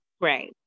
Right